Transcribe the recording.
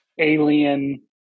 alien